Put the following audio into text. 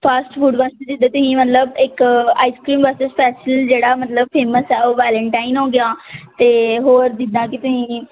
fast food ਵਾਸਤੇ ਜਿੱਦਾਂ ਤੁਸੀਂ ਮਤਲਬ ਇੱਕ ਆਈਸਕ੍ਰੀਮ ਵਾਸਤੇ ਸਪੈਸ਼ਲ ਜਿਹੜਾ ਮਤਲਬ ਫੇਮਸ ਆ ਉਹ ਵੈਲੇਨਟਾਈਨ ਹੋ ਗਿਆ ਅਤੇ ਹੋਰ ਜਿੱਦਾਂ ਕਿ ਤੁਸੀਂ